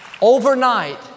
Overnight